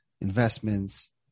investments